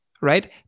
right